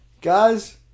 Guys